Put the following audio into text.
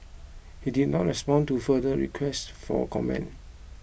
he did not respond to further requests for comment